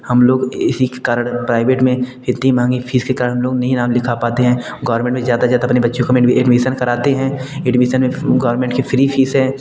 हम लोग इसी के कारण प्राइवेट में इतनी महंगी फ़ीस के कारण हम लोग नहीं नाम लिखा पाते हैं गौरमेंट में ज़्यादा ज़्यादा अपने बच्चों को एडमीसन कराते हैं एडमीसन में गौरमेंट की फ़्री फ़ीस है